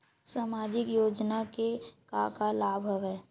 सामाजिक योजना के का का लाभ हवय?